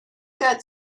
got